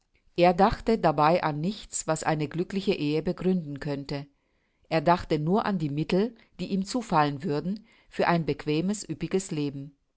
er dachte dabei an nichts was eine glückliche ehe begründen könnte er dachte nur an die mittel die ihm zufallen würden für ein bequemes üppiges leben